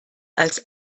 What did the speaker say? als